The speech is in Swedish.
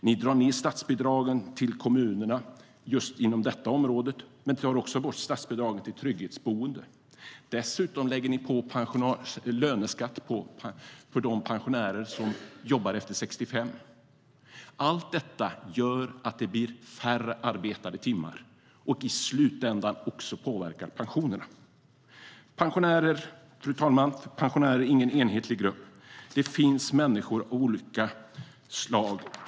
Ni drar ned statsbidragen till kommunerna just på detta område, men ni tar också bort statsbidraget för trygghetsboende. Dessutom lägger ni på löneskatt för de pensionärer som jobbar efter 65. Allt detta gör att det blir färre arbetade timmar, och i slutändan påverkar det också pensionerna. Fru talman! Pensionärer är ingen enhetlig grupp. Det finns människor av olika slag.